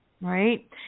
Right